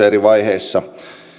eri vaiheissa